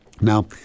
now